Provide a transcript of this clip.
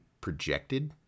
projected